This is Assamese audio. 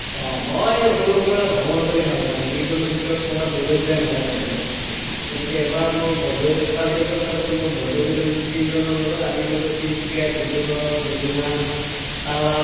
অঁ মই সৰুৰ পৰা ভ্ৰমণ কৰি ভাল পাওঁ যিকোনো ক্ষেত্ৰত ক'ৰবাত দূৰত যাই ভাল পাইছিলোঁ গতিকে এবাৰ মোৰ বন্ধুৱে ক্লাছ এইটত থাকোঁতে মোৰ বন্ধুকেইজন তিনিজনৰ লগত আমি গ'লোঁ তিনিচুকীয়া ডিব্ৰুগড় ডুমডুমা তালাপ